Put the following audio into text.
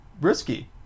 risky